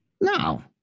No